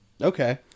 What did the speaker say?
Okay